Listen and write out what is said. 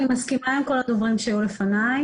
אני מסכימה עם כל הדוברים שהיו לפניי,